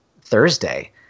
Thursday